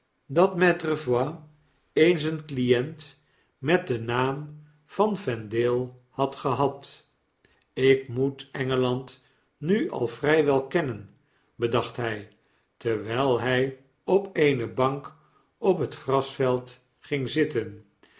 dat maitre voigt eens een client met den naam van vendale had gehad ik moet engelandnualvry wel kennen bedacht hij terwijl hy op eene bank op het grasveld gi'ng zitten